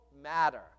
matter